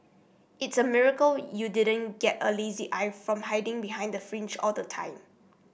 it's a miracle you didn't get a lazy eye from hiding behind the fringe all the time